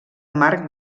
marc